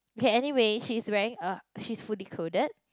okay anywhere she's wearing a she's fully clothed